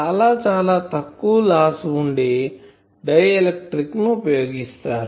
చాలా చాలా తక్కువ లాస్ ఉండే డైఎలక్ట్రిక్ ని ఉపయోగిస్తారు